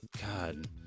God